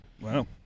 Wow